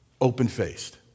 open-faced